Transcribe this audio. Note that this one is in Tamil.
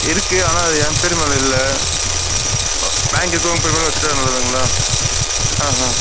இருக்கு ஆனால் அது என் பேர் மேலே இல்லை பேங்குக்கு வச்சிவிட்டு வர ஆ ஆ